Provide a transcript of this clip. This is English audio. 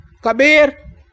Kabir